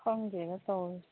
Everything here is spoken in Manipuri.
ꯈꯪꯗꯦꯗ ꯇꯧꯔꯤꯁꯦ